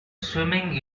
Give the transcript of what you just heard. swimming